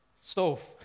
stove